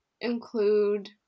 include